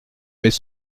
mes